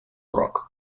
rock